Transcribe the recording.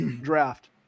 Draft